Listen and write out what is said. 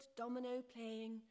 domino-playing